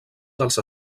dels